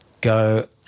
go